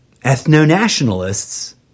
ethno-nationalists